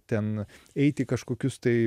ten eiti į kažkokius tai